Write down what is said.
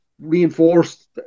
reinforced